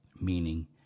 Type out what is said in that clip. meaning